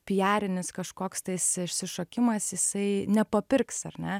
pijarinis kažkoks tais išsišokimas jisai nepapirks ar ne